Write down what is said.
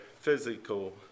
physical